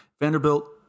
Vanderbilt